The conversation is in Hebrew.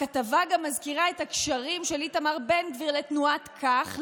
הכתבה גם מזכירה את הקשרים של איתמר בן גביר לתנועת כך,